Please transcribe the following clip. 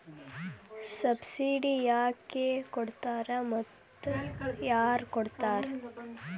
Subsidy ಯಾಕೆ ಕೊಡ್ತಾರ ಮತ್ತು ಯಾರ್ ಕೊಡ್ತಾರ್?